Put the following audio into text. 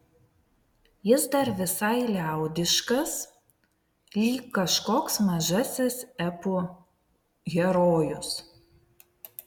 jis dar visai liaudiškas lyg kažkoks mažasis epų herojus